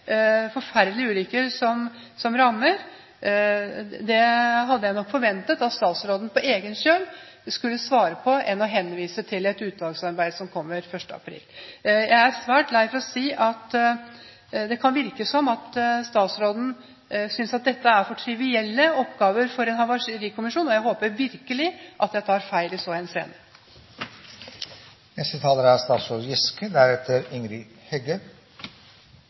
forferdelige ulykker som rammer – hadde jeg nok forventet at statsråden på egen kjøl skulle svare på istedenfor å henvise til et utvalgsarbeid som kommer 1. april. Jeg er svært lei for å si at det kan virke som om statsråden synes at dette er for trivielle oppgaver for en havarikommisjon. Jeg håper virkelig at jeg tar feil i så